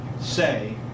say